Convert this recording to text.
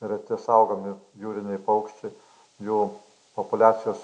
reti saugomi jūriniai paukščiai jų populiacijos